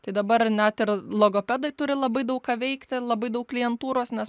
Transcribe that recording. tai dabar net ir logopedai turi labai daug ką veikti labai daug klientūros nes